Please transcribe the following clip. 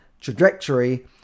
trajectory